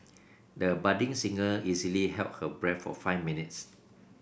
the budding singer easily held her breath for five minutes